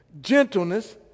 gentleness